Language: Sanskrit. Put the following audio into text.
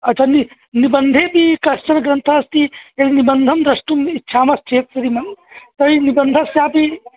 अच्छा नि निबन्धेऽपि कश्चन ग्रन्थः अस्ति एवं निबन्धं द्रष्टुम् इच्छामश्चेत् तर्हि मम तर्हि निबन्धस्यापि